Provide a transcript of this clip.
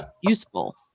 useful